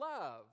love